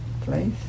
place